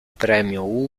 premio